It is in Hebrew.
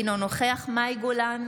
אינו נוכח מאי גולן,